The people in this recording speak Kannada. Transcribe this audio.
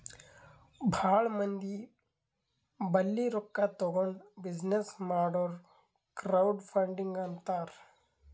ಭಾಳ ಮಂದಿ ಬಲ್ಲಿ ರೊಕ್ಕಾ ತಗೊಂಡ್ ಬಿಸಿನ್ನೆಸ್ ಮಾಡುರ್ ಕ್ರೌಡ್ ಫಂಡಿಂಗ್ ಅಂತಾರ್